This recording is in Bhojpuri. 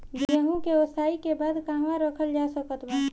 गेहूँ के ओसाई के बाद कहवा रखल जा सकत बा?